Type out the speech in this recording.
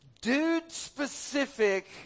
dude-specific